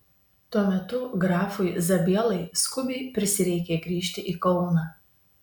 tuo metu grafui zabielai skubiai prisireikė grįžti į kauną